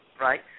right